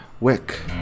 Wick